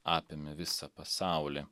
apėmė visą pasaulį